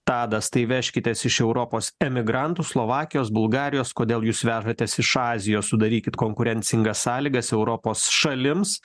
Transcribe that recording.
tadas tai vežkitės iš europos emigrantų slovakijos bulgarijos kodėl jūs vežatės iš azijos sudarykit konkurencingas sąlygas europos šalims